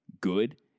good